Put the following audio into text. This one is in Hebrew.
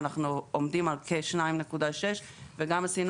ואנחנו עומדים על כ-2.6 אחוזים וגם עשינו